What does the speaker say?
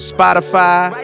Spotify